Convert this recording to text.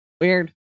Weird